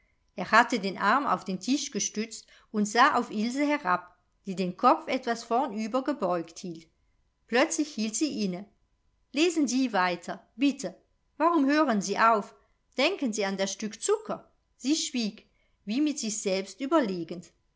er hatte den arm auf den tisch gestützt und sah auf ilse herab die den kopf etwas vornübergebeugt hielt plötzlich hielt sie inne lesen sie weiter bitte warum hören sie auf denken sie an das stück zucker sie schwieg wie mit sich selbst überlegend